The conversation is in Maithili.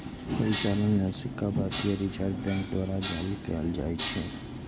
परिचालन लेल सिक्का भारतीय रिजर्व बैंक द्वारा जारी कैल जाइ छै